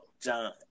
John